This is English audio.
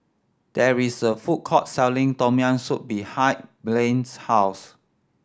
there is a food court selling Tom Yam Soup behind Blaine's house